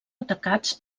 atacats